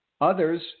Others